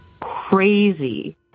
crazy